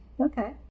Okay